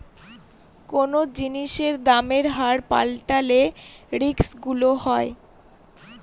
কোনো জিনিসের দামের হার পাল্টালে রিস্ক গুলো হয়